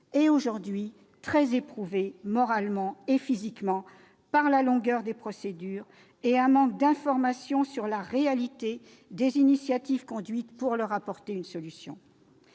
et aujourd'hui très éprouvées moralement et physiquement par la longueur des procédures et un manque d'informations sur la réalité des initiatives conduites pour leur apporter une solution.